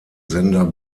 sender